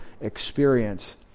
experience